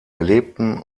erlebten